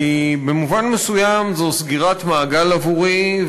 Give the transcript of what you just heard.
כי במובן מסוים זאת סגירת מעגל עבורי,